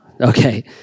Okay